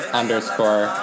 underscore